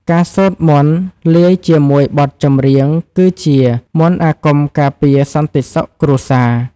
ការសូត្រមន្តលាយជាមួយបទចម្រៀង គឺជាមន្តអាគមការពារសន្តិសុខគ្រួសារ។